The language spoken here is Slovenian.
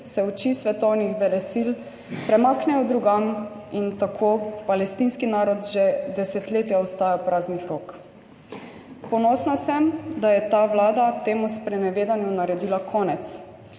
se oči svetovnih velesil premaknejo drugam in tako palestinski narod že desetletja ostaja praznih rok. Ponosna sem, da je ta vlada temu sprenevedanju naredila konec.